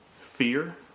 fear